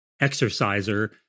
exerciser